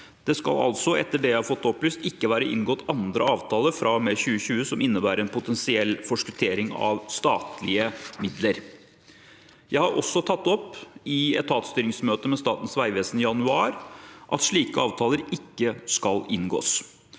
Det skal altså, etter det jeg får opplyst, ikke være inngått andre avtaler fra og med 2020 som innebærer en potensiell forskuttering av statlige midler. Jeg har tatt opp i etatsstyringsmøte med Statens vegvesen i januar at slike avtaler ikke skal inngås.